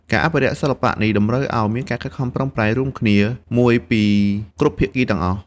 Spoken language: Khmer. ការអភិរក្សសិល្បៈនេះតម្រូវឱ្យមានការខិតខំប្រឹងប្រែងរួមគ្នាមួយពីគ្រប់ភាគីទាំងអស់។